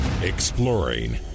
Exploring